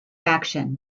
faction